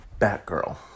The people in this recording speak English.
Batgirl